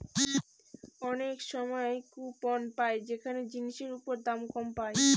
অনেক সময় কুপন পাই যেখানে জিনিসের ওপর দাম কম পায়